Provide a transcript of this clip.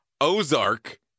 Ozark